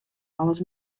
alles